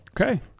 Okay